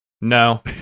No